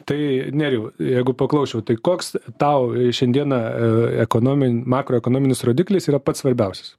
tai nerijau jeigu paklausčiau tai koks tau šiandieną e ekonomin makroekonominis rodiklis yra pats svarbiausias